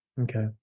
Okay